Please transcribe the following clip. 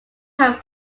have